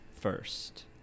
first